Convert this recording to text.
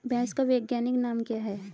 भैंस का वैज्ञानिक नाम क्या है?